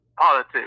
Politics